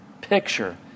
picture